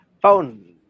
phone